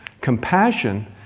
Compassion